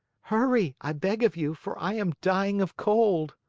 hurry, i beg of you, for i am dying of cold.